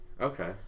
Okay